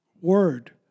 word